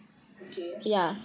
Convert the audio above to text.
okay